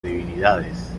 divinidades